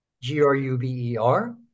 G-R-U-B-E-R